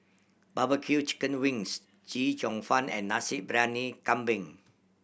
barbecue chicken wings Chee Cheong Fun and Nasi Briyani Kambing